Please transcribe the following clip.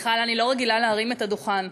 מיכל, אני לא רגילה להרים את הדוכן.